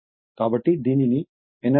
కాబట్టి దీనిని energy loss అని పిలుస్తారు